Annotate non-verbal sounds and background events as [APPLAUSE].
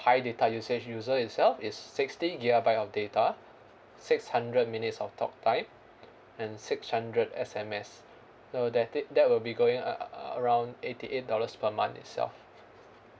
high data usage user itself it's sixty gigabyte of data six hundred minutes of talk time [NOISE] and six hundred S_M_S uh that is that will be going uh uh around eighty eight dollars per month itself